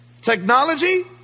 technology